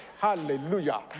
Hallelujah